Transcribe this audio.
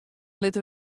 litte